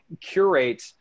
curate